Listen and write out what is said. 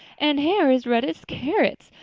and hair as red as carrots!